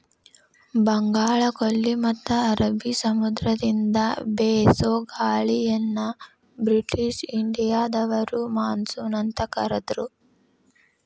ಬಂಗಾಳಕೊಲ್ಲಿ ಮತ್ತ ಅರಬಿ ಸಮುದ್ರದಿಂದ ಬೇಸೋ ಮಳೆಗಾಳಿಯನ್ನ ಬ್ರಿಟಿಷ್ ಇಂಡಿಯಾದವರು ಮಾನ್ಸೂನ್ ಅಂತ ಕರದ್ರು